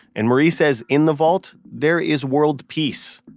and marie says in the vault, there is world peace.